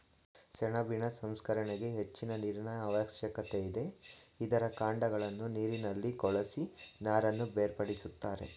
ಸೆಣಬಿನ ಸಂಸ್ಕರಣೆಗೆ ಹೆಚ್ಚಿನ ನೀರಿನ ಅವಶ್ಯಕತೆ ಇದೆ, ಇದರ ಕಾಂಡಗಳನ್ನು ನೀರಿನಲ್ಲಿ ಕೊಳೆಸಿ ನಾರನ್ನು ಬೇರ್ಪಡಿಸುತ್ತಾರೆ